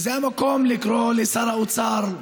וזה המקום לקרוא לשר האוצר: